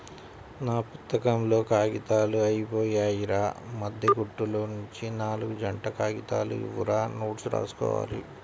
నా పుత్తకంలో కాగితాలు అయ్యిపొయ్యాయిరా, మద్దె కుట్టులోనుంచి నాల్గు జంట కాగితాలు ఇవ్వురా నోట్సు రాసుకోవాలి